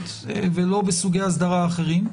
ממשלתית ולא בסוגי אסדרה אחרים,